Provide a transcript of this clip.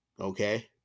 okay